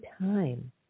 time